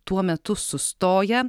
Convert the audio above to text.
tuo metu sustoja